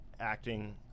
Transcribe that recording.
acting